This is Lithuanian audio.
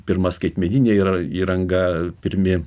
pirma skaitmeninė įranga pirmi